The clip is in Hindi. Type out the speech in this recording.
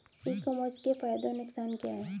ई कॉमर्स के फायदे और नुकसान क्या हैं?